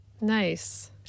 Nice